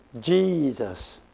Jesus